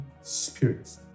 Spirit